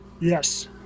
Yes